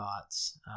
Thoughts